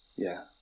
yeah.